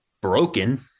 broken